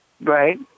Right